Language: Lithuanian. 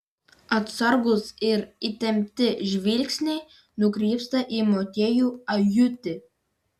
atsargūs ir įtempti žvilgsniai nukrypsta į motiejų ajutį